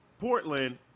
Portland